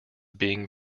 being